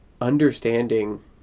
understanding